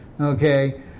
Okay